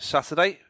Saturday